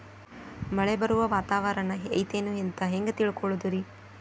ಮಳೆ ಬರುವ ವಾತಾವರಣ ಐತೇನು ಅಂತ ಹೆಂಗ್ ತಿಳುಕೊಳ್ಳೋದು ರಿ?